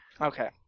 Okay